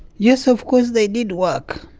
yes, of course they did work.